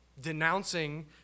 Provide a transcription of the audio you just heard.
denouncing